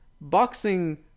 Boxing